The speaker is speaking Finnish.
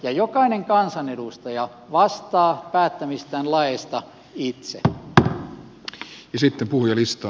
ja jokainen kansanedustaja vastaa päättämistään laeista itse